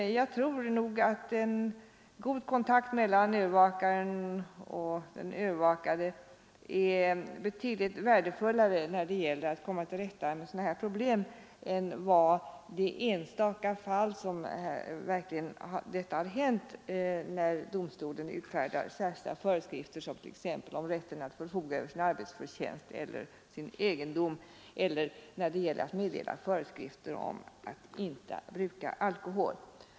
Jag tror att en god kontakt mellan övervakaren och den övervakade är betydligt värdefullare när det gäller att komma till rätta med sådana här problem än vad som framgår av de enstaka fall då det verkligen har hänt att domstol utfärdat särskilda föreskrifter t.ex. om rätten att förfoga över sin arbetsförtjänst eller sin egendom eller när domstol meddelat föreskrifter om att inte bruka alkohol.